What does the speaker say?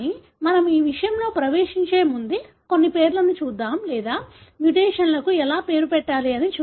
కానీ మనము ఈ విషయంలోకి ప్రవేశించే ముందు కొన్ని పేర్లను చూద్దాం లేదా మ్యుటేషన్లకు ఎలా పేరు పెట్టాలి అని చూద్దాం